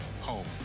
home